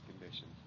conditions